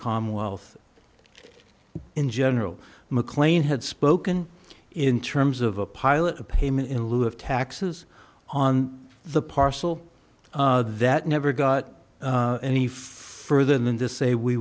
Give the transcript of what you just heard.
commonwealth in general mclean had spoken in terms of a pilot payment in lieu of taxes on the parcel that never got any further than this say we